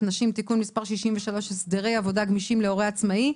נשים (תיקון מס' 63) (הסדרי עבודה גמישים להורה עצמאי),